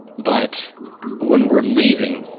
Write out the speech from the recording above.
but when we're leaving,